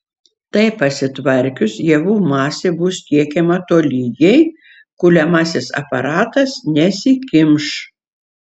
tai pasitvarkius javų masė bus tiekiama tolygiai kuliamasis aparatas nesikimš